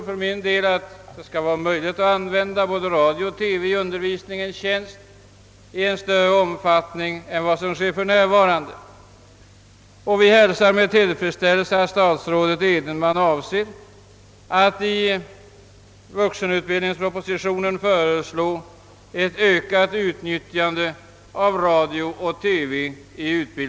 För min del tror jag att man kan använda både radio och TV i undervisningens tjänst i större omfattning än vad som sker för närvarande, och vi hälsar med tillfredsstäl lelse att statsrådet Edenman avser att för vuxenutbildningen föreslå ett ökat utnyttjande av radio och TV.